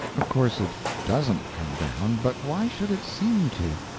of course it doesn't come down, but why should it seem to?